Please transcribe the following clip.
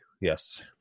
yes